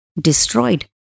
destroyed